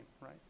right